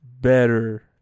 better